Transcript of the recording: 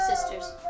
sisters